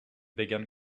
began